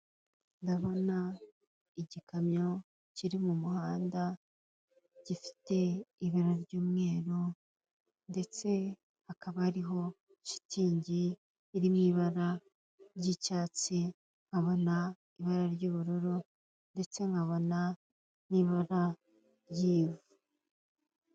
Ndabona igikamyo kiri mu muhanda gifite ibara ry'umweru, ndetse hakaba hariho shitingi iri mu ibara ry'icyatsi nkabona ibara ry'ubururu ndetse nkabana n'ibara ry'ivu.